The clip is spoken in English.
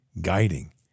guiding